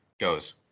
Goes